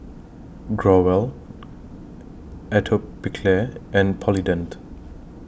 Growell Atopiclair and Polident